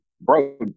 bro